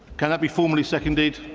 kind of be formerly seconded?